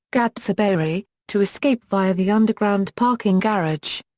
gad tsobari, to escape via the underground parking garage.